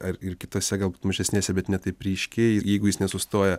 ar ir kitose galbūt mažesnėse bet ne taip ryškiai ir jeigu jis nesustoja